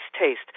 taste